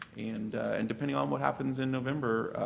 and and depending on what happens in november,